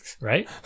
Right